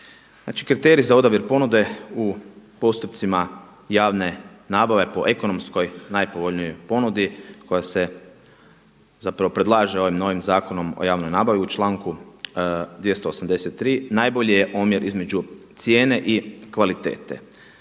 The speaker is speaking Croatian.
kriteriji za odabir ponude u postupcima javne nabave po ekonomskoj najpovoljnijoj ponudi koja se zapravo predlaže ovim novim Zakonom o javnoj nabavi u članku 283. najbolji je omjer između cijene i kvalitete.